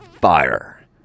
fire